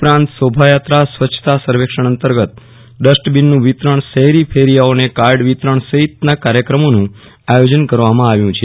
ઉપરાંત શોભાયાત્રા સ્વચ્છતા સર્વેક્ષણ અંતર્ગત ડસ્ટબીનનું વિતરણ શહેરી ફેરીયાઓને કાડ વિતરણ જનહિત ના કાર્યકમોનું આયોજન કરવામાં આવ્યું છે